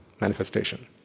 manifestation